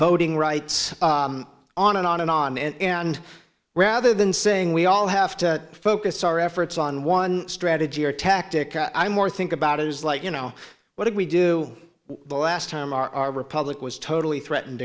voting rights on and on and on and rather than saying we all have to focus our efforts on one strategy or tactic i'm more think about it is like you know what if we do the last time our republic was totally threatened